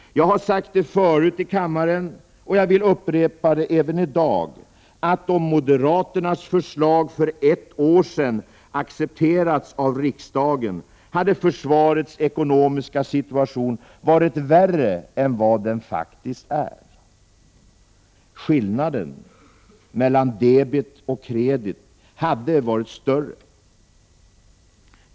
Jag har sagt det förut i kammaren, och jag vill upprepa det även i dag, att om moderaternas förslag för ett år sedan accepterats av riksdagen hade försvarets ekonomiska situation varit värre än vad den faktiskt är. Skillnaden mellan debet och kredit hade varit större.